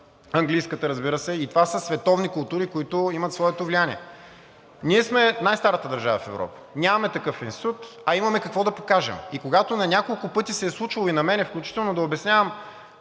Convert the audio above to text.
английската, разбира се, и това са световни култури, които имат своето влияние. Ние сме най-старата държава в Европа – нямаме такъв институт, а имаме какво да покажем и когато на няколко пъти се е случвало, и на мен включително, да обяснявам,